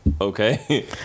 okay